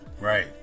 right